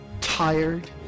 tired